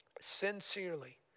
sincerely